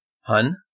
Hun